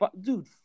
Dude